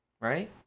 Right